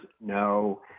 No